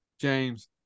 james